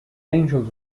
angels